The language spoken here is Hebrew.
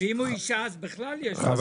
ואם הוא אשה בכלל בעיה.